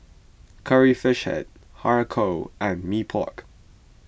Curry Fish Head Har Kow and Mee Pok